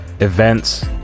events